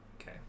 Okay